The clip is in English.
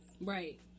Right